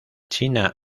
china